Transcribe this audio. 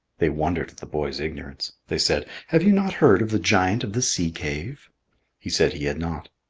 they wondered at the boy's ignorance. they said, have you not heard of the giant of the sea-cave? he said he had not.